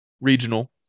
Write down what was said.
regional